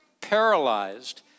paralyzed